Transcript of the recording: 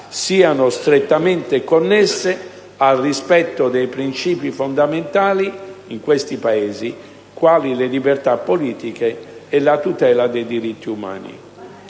siano strettamente connesse al rispetto di principi fondamentali quali le libertà politiche e la tutela dei diritti umani.